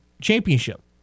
Championship